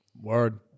Word